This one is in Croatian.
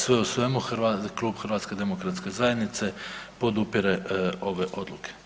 Sve u svemu klub HDZ-a podupire ove odluke.